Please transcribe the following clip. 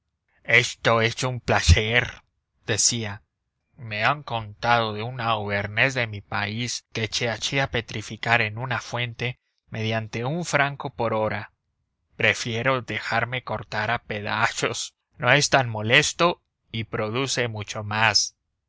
esto es un placer decía me han contado de un auvernés de mi país que se hacía petrificar en una fuente mediante un franco por hora prefiero dejarme cortar a pedazos no es tan molesto y produce mucho más